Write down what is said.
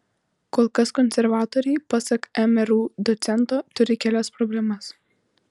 kol kas konservatoriai pasak mru docento turi kelias problemas